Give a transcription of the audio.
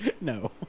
no